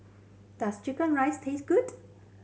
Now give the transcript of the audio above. does chicken rice taste good